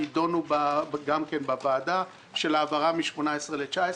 יידונו גם כן בוועדה של העברה מ-18/ ל-19',